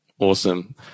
Awesome